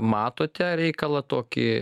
matote reikalą tokį